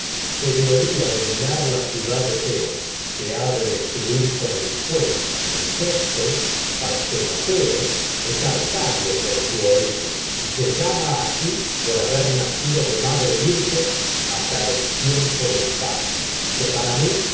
se gloria de minar de la ciudad tebas que ha de destruir por su con el fuego el y se sexto partenopeo es arcadio origen llama tragedias de sófocles asi por haber nacido de madre virgen hasta el tiempo del parto y que para mi